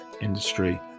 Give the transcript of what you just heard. industry